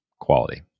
quality